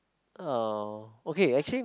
uh okay actually